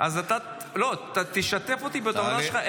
אתה תשתף אותי בתובנות שלך,